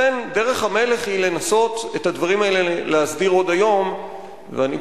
לכן דרך המלך היא לנסות להסדיר עוד היום את הדברים האלה,